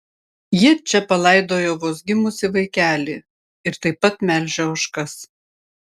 ji čia palaidojo vos gimusį vaikelį ir taip pat melžia ožkas